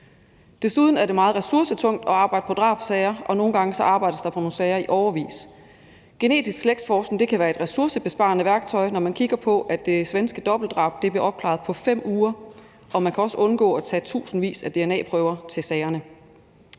Desuden er det meget ressourcetungt at arbejde på drabssager, og nogle gange arbejdes der på nogle sager i årevis. Genetisk slægtsforskning kan være et ressourcebesparende værktøj, når man kigger på, at det svenske dobbeltdrab blev opklaret på 5 uger, og man kan også undgå at tage tusindvis af dna-prøver i sagerne.